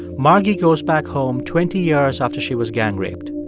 margy goes back home twenty years after she was gang raped.